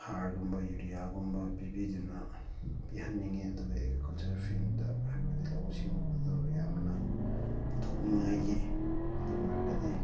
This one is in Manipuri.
ꯍꯥꯔ ꯒꯨꯝꯕ ꯌꯨꯔꯤꯌꯥꯒꯨꯝꯕ ꯄꯤꯕꯤꯗꯨꯅ ꯄꯤꯍꯟꯅꯤꯡꯉꯦ ꯑꯗꯨꯒ ꯑꯦꯒ꯭ꯔꯤꯀꯜꯆꯔ ꯐꯤꯜꯗ ꯍꯥꯏꯕꯗꯤ ꯂꯧꯎ ꯁꯤꯡꯎꯕꯗꯣ ꯌꯥꯝꯅ ꯄꯨꯊꯣꯛꯅꯤꯡꯉꯥꯏꯒꯤ ꯑꯗꯨ ꯑꯣꯏꯔꯒꯗꯤ